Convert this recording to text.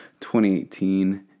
2018